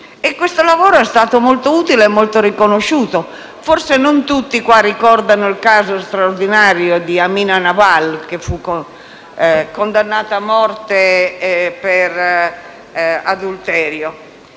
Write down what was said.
Questo lavoro è stato molto utile e riconosciuto. Forse non tutti ricordano il caso straordinario di Amina Lawal, condannata a morte per adulterio.